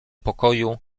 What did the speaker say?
pokoju